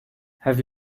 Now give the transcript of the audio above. have